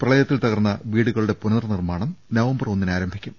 പ്രളയത്തിൽ തകർന്ന വീടുകളുടെ പുനർ നിർമ്മാണം നവം ബർ ഒന്നിന് ആരംഭിക്കും